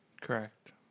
Correct